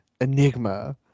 Enigma